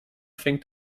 fängt